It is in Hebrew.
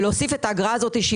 להעמיס אותה עכשיו זה